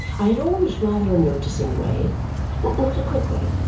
i had always rather a noticing way not a quick way,